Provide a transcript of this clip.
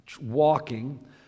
walking